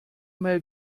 mal